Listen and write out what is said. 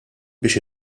biex